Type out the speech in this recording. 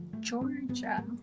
Georgia